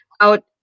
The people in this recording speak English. out